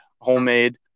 homemade